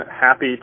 Happy